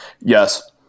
yes